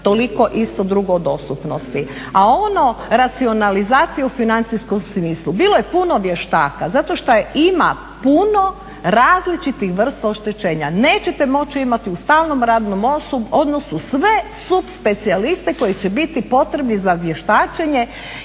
toliko isto drugo dostupnosti. A ono racionalizacija u financijskom smislu, bilo je puno vještaka zato što ima puno različitih vrsta oštećenja. Nećete moći imati u stalnom radnom odnosu sve supspecijaliste koji će biti potrebni za vještačenje